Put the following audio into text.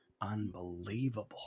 Unbelievable